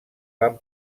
van